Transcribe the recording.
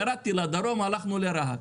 אז ירדתי לדרום והלכנו לרהט.